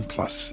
Plus